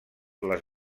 les